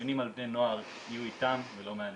שדיונים על בני נוער יהיו איתם ולא מעליהם.